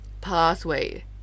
pathway